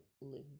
live